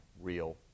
real